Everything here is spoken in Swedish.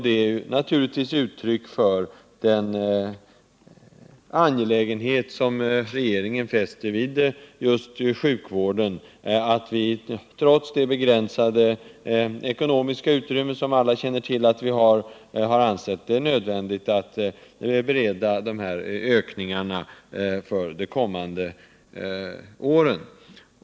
Det är naturligtvis ett uttryck för den vikt som regeringen tillmäter sjukvården att vi trots det begränsade ekonomiska utrymme som alla vet att vi har ansett det vara nödvändigt att företa dessa ökningar för de kommande åren.